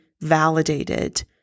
validated